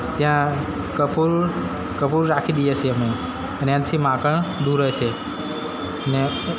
ત્યાં કપૂર કપૂર રાખી દઈએ છીએ અમે અને એનાથી માંકડ દૂર રહે છે ને